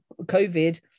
COVID